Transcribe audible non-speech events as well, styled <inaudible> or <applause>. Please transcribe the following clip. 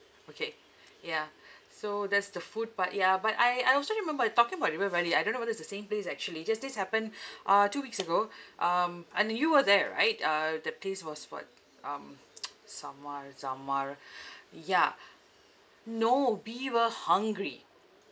okay yeah so that's the food part ya but I I also remember uh talking about it to everybody I don't know whether it's the same place actually just this happened uh two weeks ago um and you were there right uh the place was what um <noise> samar zamar <breath> ya no we were hungry